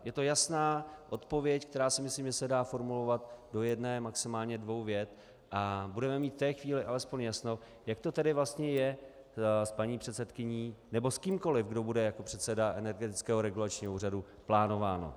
Je to jasná odpověď, která si myslím, že se dá formulovat do jedné, maximálně dvou vět, a budeme mít v té chvíli alespoň jasno, jak to tedy vlastně je s paní předsedkyní nebo s kýmkoli, kdo bude jako předseda Energetického regulačního úřadu plánován.